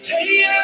Hey